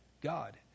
God